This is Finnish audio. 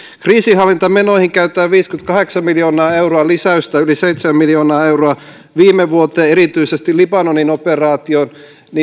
kriisinhallintamenoihin käytetään viisikymmentäkahdeksan miljoonaa euroa lisäystä on yli seitsemän miljoonaa euroa viime vuoteen erityisesti libanonin operaatioon